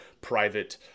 private